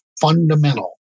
fundamental